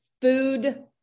food